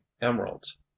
emeralds